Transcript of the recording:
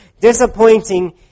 disappointing